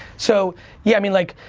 so yeah i mean like,